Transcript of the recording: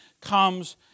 comes